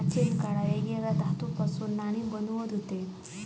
प्राचीन काळात वेगवेगळ्या धातूंपासना नाणी बनवत हुते